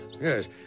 Yes